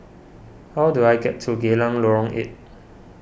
how do I get to Geylang Lorong eight